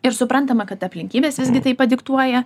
ir suprantama kad aplinkybės visgi tai padiktuoja